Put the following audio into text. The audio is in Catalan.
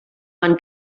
van